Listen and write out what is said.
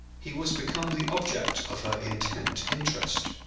he was become the object of her intent interest.